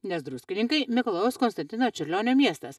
nes druskininkai mikalojaus konstantino čiurlionio miestas